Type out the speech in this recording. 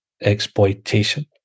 exploitation